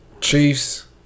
Chiefs